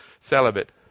Celibate